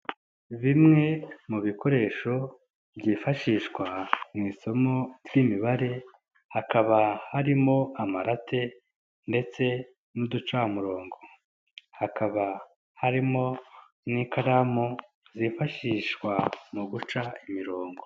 Bimwe mu bikoresho byifashishwa mu isomo ry'imibare, hakaba harimo amarate ndetse n'uducamurongo, hakaba harimo n'ikaramu, zifashishwa mu guca imirongo.